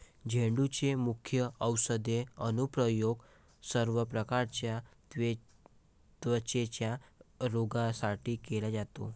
झेंडूचे मुख्य औषधी अनुप्रयोग सर्व प्रकारच्या त्वचेच्या रोगांसाठी केला जातो